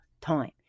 time